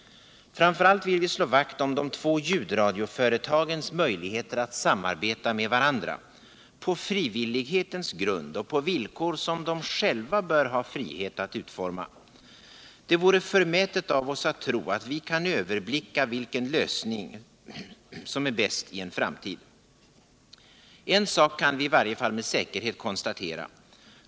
Framför allt vill vi slå vakt om de två ljudradioföretagens möjligheter att samarbeta med varandra, på frivillighetens grund och på villkor som de själva bör ha frihet att utforma. Det vore förmätet av oss att tro att vi kan överblicka vilken lösning som är bäst i en framtid. En sak kan vi i varje fall med säkerhet konstatera.